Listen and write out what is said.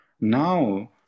now